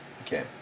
okay